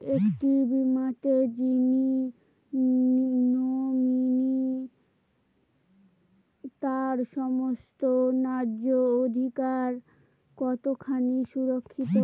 একটি বীমাতে যিনি নমিনি তার সমস্ত ন্যায্য অধিকার কতখানি সুরক্ষিত?